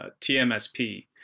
TMSP